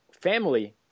family